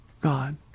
God